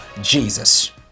jesus